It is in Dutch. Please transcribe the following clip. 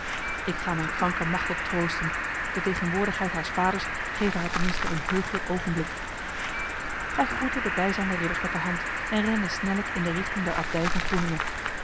ik ga mijn kranke machteld troosten de tegenwoordigheid haars vaders geve haar tenminste een heuglijk ogenblik hij groette de bijzijnde ridders met de hand en rende snellijk in de richting der abdij van groeninge